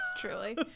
truly